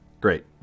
Great